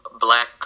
black